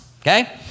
okay